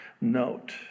note